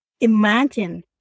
imagine